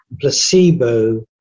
placebo